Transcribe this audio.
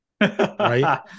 right